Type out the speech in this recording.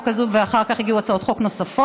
הזאת ואחר כך הגיעו הצעות חוק נוספות,